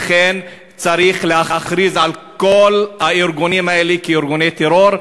ולכן צריך להכריז על כל הארגונים האלה כארגוני טרור.